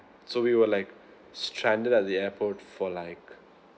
so we were like stranded at the airport for like